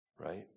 right